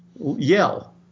yell